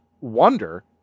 wonder